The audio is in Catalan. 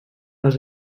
les